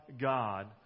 God